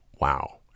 wow